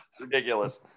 ridiculous